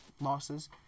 losses